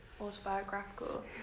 autobiographical